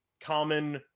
common